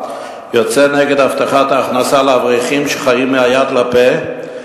יוצא נגד הבטחת ההכנסה לאברכים שחיים מהיד לפה,